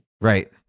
Right